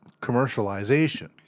commercialization